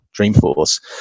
dreamforce